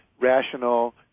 rational